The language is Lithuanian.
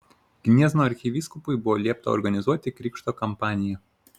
gniezno arkivyskupui buvo liepta organizuoti krikšto kampaniją